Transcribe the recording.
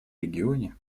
регионе